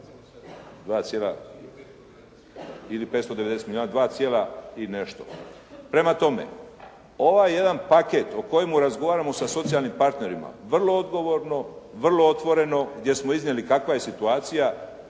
2 cijela ili 590 milijuna, dva cijela i nešto. Prema tome, ovaj jedan paket o kojemu razgovaramo sa socijalnim partnerima, vrlo odgovorno, vrlo otvoreno gdje smo iznijeli kakva je situacija,